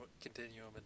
continuum